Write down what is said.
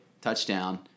touchdown